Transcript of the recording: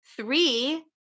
Three